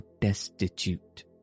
destitute